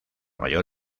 mayor